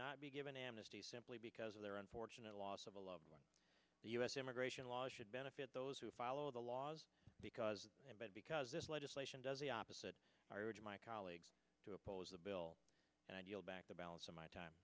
not be given amnesty simply because of their unfortunate loss of a loved one the us immigration laws should benefit those who follow the laws because and but because this legislation does the opposite my colleagues do oppose the bill and i deal back the balance of my time